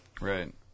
Right